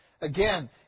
Again